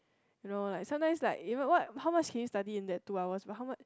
you know like sometimes like even what how much can you study in that two hours but how much